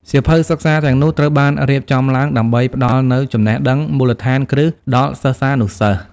សៀវភៅសិក្សាទាំងនោះត្រូវបានរៀបចំឡើងដើម្បីផ្ដល់នូវចំណេះដឹងមូលដ្ឋានគ្រឹះដល់សិស្សានុសិស្ស។